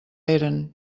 eren